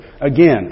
Again